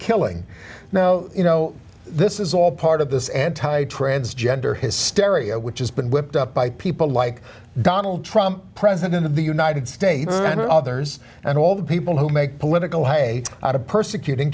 killing now you know this is all part of this anti transgender hysteria which has been whipped up by people like donald trump president of the united states and others and all the people who make political hay out of persecuting